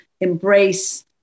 embrace –